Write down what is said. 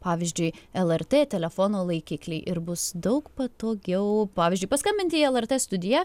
pavyzdžiui lrt telefono laikiklį ir bus daug patogiau pavyzdžiui paskambinti į lrt studiją